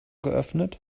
geöffnet